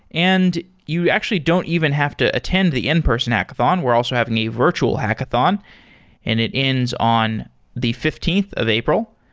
and you actually don't even have to attend the in-person hackathon. we're also having a virtual hackathon and it ends on the fifteenth of april.